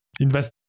Invest